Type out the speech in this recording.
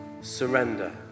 Surrender